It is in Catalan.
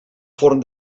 forn